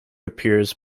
appears